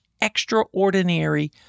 extraordinary